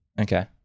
Okay